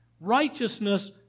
Righteousness